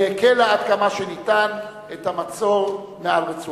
והקלה עד כמה שניתן את המצור מעל רצועת-עזה.